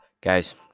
guys